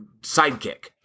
sidekick